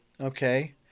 okay